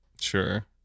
sure